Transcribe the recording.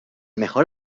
mejor